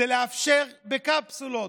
וזה לאפשר בקפסולות,